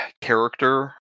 character